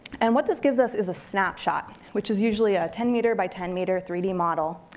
and what this gives us is a snapshot, which is usually a ten meter by ten meter three d model,